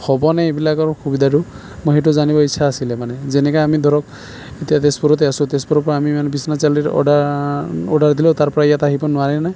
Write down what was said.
হ'বনে এইবিলাকৰ সুবিধাটো মই সেইটো জানিব ইচ্ছা আছিলে মানে যেনেকে আমি ধৰক এতিয়া তেজপুৰতে আছোঁ তেজপুৰৰ পৰা আমি মান বিশ্বনাথ চাৰিআলিৰ অৰ্ডাৰ অৰ্ডাৰ দিলও তাৰপৰা ইয়াত আহিব নোৱাৰেনে